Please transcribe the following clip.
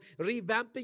revamping